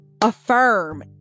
affirm